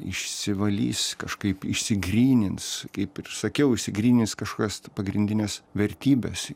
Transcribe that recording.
išsivalys kažkaip išsigrynins kaip sakiau išsigrynins kažkokias pagrindines vertybes